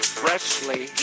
freshly